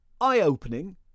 eye-opening